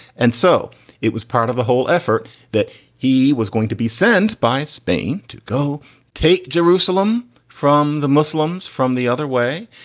and so it was part of the whole effort that he was going to be sent by spain to go take jerusalem from the muslims from the other way.